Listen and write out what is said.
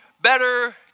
better